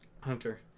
hunter